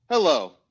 Hello